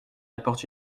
apporte